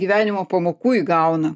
gyvenimo pamokų įgauna